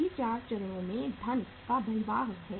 सभी 4 चरणों में धन का बहिर्वाह है